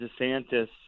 desantis